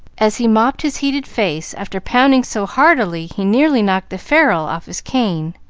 as he mopped his heated face after pounding so heartily he nearly knocked the ferule off his cane.